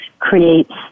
creates